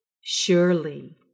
surely